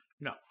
No